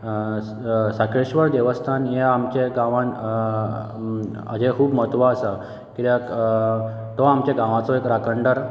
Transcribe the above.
साखळेश्वर देवस्थान हे आमच्या गांवांत हाचें खूब महत्व आसा कित्याक तो आमच्या गांवचो राखणदार